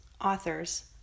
authors